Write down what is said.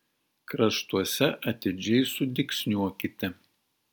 kraštuose atidžiai sudygsniuokite